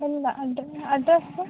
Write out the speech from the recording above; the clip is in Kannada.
ಎಲ್ಲ ಅಡ್ರಸ್ಸ್